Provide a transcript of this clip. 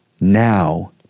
now